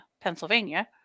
pennsylvania